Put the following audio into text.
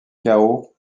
chaos